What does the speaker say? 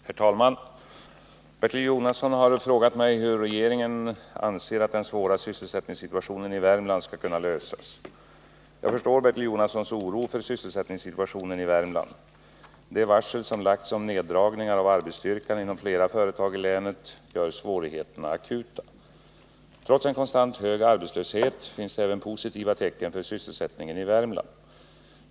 Herr talman! Bertil Jonasson har trågat mig hur regeringen anser att den svåra sysselsättningssituationen i Värmland skall lösas. Jag förstår Bertil Jonassons oro för sysselsättningssituationen i Värmland. De varsel som lagts om neddragningar av arbetsstyrkan inom flera företag i länet gör svårigheterna akuta. Trots en konstant hög arbetslöshet finns det även positiva tecken för sysselsättningen i Värmland.